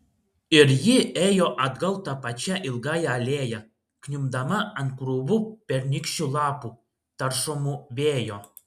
ir ji ėjo atgal ta pačia ilgąja alėja kniubdama ant krūvų pernykščių lapų taršomų vėjo